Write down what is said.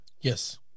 Yes